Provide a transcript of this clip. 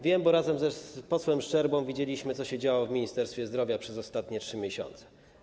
Wiem, bo razem z posłem Szczerbą widzieliśmy, co się działo w Ministerstwie Zdrowia przez ostatnie 3 miesiące.